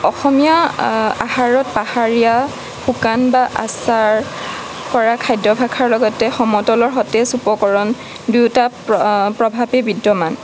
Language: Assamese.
অসমীয়া আহাৰত পাহাৰীয়া শুকান বা আচাৰ কৰা খাদ্য়াভাসৰ লগতে সমতলৰ সতেজ উপকৰণ দুয়োটা প্ৰভাৱেই বিদ্য়মান